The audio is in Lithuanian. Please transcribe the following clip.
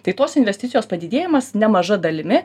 tai tos investicijos padidėjimas nemaža dalimi